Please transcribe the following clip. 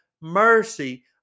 mercy